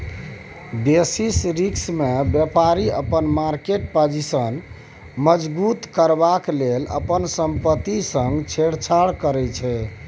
basis रिस्कमे बेपारी अपन मार्केट पाजिशन मजगुत करबाक लेल अपन संपत्ति संग छेड़छाड़ करै छै